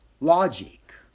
logic